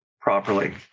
properly